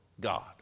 God